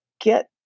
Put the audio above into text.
get